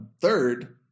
third